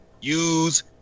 use